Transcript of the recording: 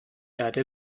erde